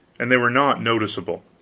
and they were not noticeable.